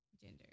gender